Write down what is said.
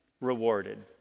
rewarded